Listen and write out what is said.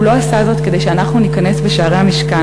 הוא לא עשה זאת כדי שאנחנו ניכנס בשערי המשכן